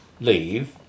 leave